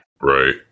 right